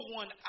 one